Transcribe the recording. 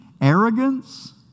arrogance